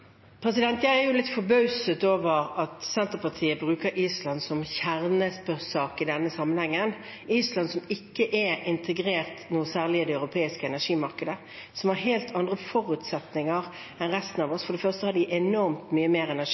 Jeg er litt forbauset over at Senterpartiet bruker Island som kjernesak i denne sammenhengen – Island, som ikke er særlig integrert i det europeiske energimarkedet, som har helt andre forutsetninger enn resten av oss. For det første har de enormt mye mer energi